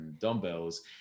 dumbbells